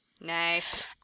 nice